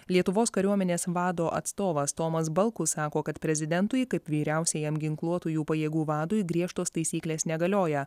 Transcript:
lietuvos kariuomenės vado atstovas tomas balkus sako kad prezidentui kaip vyriausiajam ginkluotųjų pajėgų vadui griežtos taisyklės negalioja